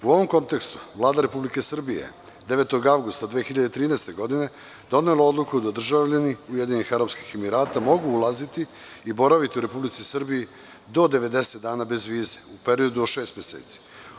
U ovom kontekstu, Vlada Republike Srbije, 9. avgusta 2013. godine donela je Odluku da državljani Ujedinjenih Arapskih Emirata mogu ulaziti i boraviti u Republici Srbiji do 90 dana bez vize u periodu od šest meseci.